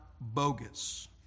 bogus